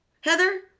Heather